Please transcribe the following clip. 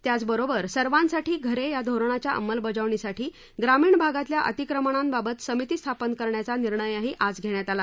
त्याबरोबरच सर्वांसाठी घरे धोरणाच्या अक्रिबजावणीसाठी ग्रामीण भागातल्या अतिक्रमणाक्रित समिती स्थापन करण्याचा निर्णयही आज घेण्यात आला